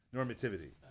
Normativity